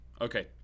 Okay